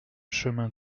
chemin